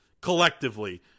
collectively